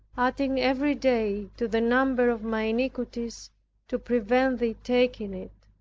adding every day to the number of my iniquities to prevent thee taking it.